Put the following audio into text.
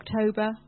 October